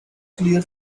clear